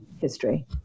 history